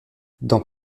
dans